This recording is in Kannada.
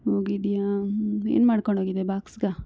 ಹೋಗಿದ್ಯಾ ಹ್ಞೂ ಏನು ಮಾಡ್ಕೊಂಡೋಗಿದ್ದೆ ಬಾಕ್ಸ್ಗೆ